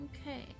Okay